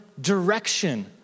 direction